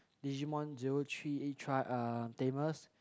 Digimon zero three eh tri um Tamers